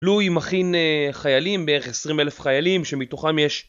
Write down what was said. לואי מכין חיילים, בערך עשרים אלף חיילים שמתוכם יש...